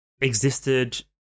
existed